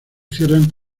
cierran